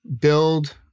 build